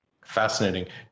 Fascinating